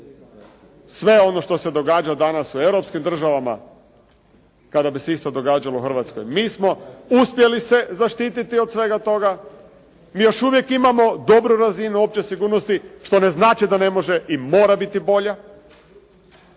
sve ono što se događa danas u europskim državama, kada bi se isto događalo Hrvatskoj. Mi smo uspjeli se zaštititi od svega toga, mi još uvijek imamo dobru razinu opće sigurnosti, što ne znači da ne može i mora biti bolja.